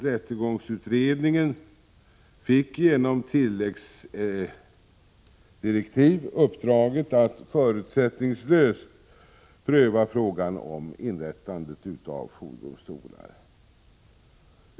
Rättegångsutredningen fick genom tilläggsdirektiv uppdraget att förutsättningslöst pröva frågan om inrättandet av jourdomstolar.